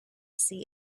see